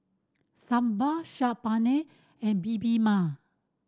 Sambar Saag Paneer and Bibimbap